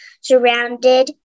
surrounded